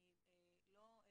אני לא סתם,